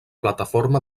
plataforma